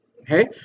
okay